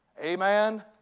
Amen